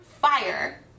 fire